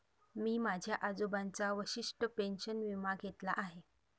मी माझ्या आजोबांचा वशिष्ठ पेन्शन विमा घेतला आहे